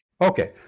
Okay